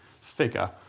figure